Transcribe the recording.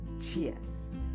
Cheers